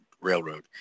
Railroad